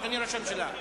אדוני ראש הממשלה,